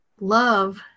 love